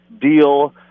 deal